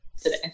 today